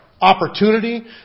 opportunity